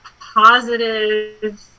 positive